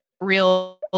real